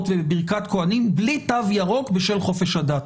ובברכת כוהנים בלי תו ירוק בשל חופש הדת.